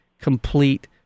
complete